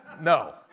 No